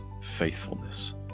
faithfulness